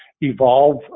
evolve